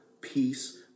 peace